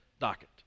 docket